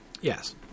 Yes